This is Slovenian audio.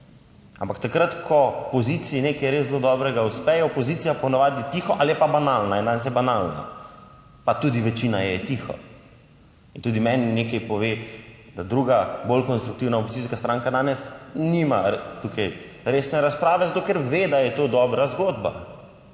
ampak takrat, ko poziciji nekaj res zelo dobrega uspe, je opozicija ponavadi tiho ali je pa banalna in danes je banalna, pa tudi večina je tiho. In tudi meni nekaj pove, da druga bolj konstruktivna opozicijska stranka danes nima tukaj resne razprave, zato ker ve, da je to dobra zgodba,